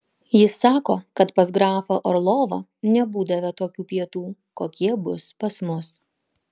jis sako kad pas grafą orlovą nebūdavę tokių pietų kokie bus pas mus